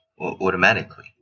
automatically